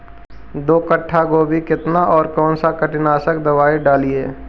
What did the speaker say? दो कट्ठा गोभी केतना और कौन सा कीटनाशक दवाई डालिए?